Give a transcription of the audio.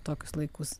tokius laikus